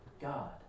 God